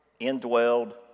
indwelled